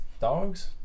Dogs